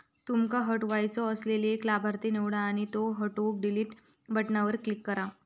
तुमका हटवायचो असलेलो एक लाभार्थी निवडा आणि त्यो हटवूक डिलीट बटणावर क्लिक करा